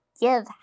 give